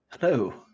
Hello